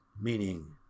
meaning